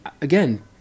again